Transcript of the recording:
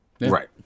Right